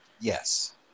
Yes